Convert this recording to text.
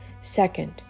Second